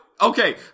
Okay